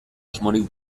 asmorik